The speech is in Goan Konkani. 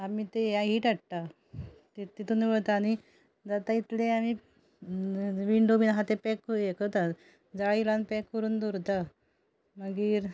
आमी ते हीट हाडटा तितूनय वता आनी जाता तितलें आमी विंडो बी आसा ते पॅक हे करता जाळी लावन पॅक करून दवरता मागीर